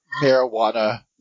marijuana